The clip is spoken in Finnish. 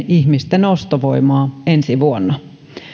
ihmisten ostovoimaa ensi vuonna